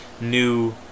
new